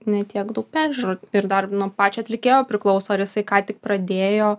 ne tiek daug peržiūrų ir dar nuo pačio atlikėjo priklauso ar jisai ką tik pradėjo